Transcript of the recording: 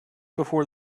before